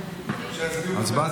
אולי תשים, ואז כאשר, אז מה?